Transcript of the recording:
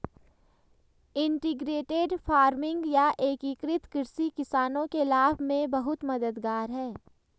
integrated farming या एकीकृत कृषि किसानों के लाभ में बहुत मददगार है